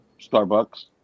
Starbucks